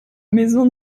maison